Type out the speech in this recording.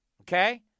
Okay